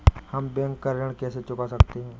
हम बैंक का ऋण कैसे चुका सकते हैं?